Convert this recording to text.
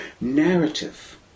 narrative